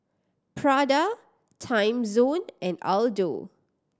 Prada Timezone and Aldo